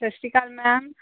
Sat Sri Akal ma'am